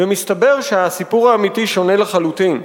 ומסתבר שהסיפור האמיתי שונה לחלוטין.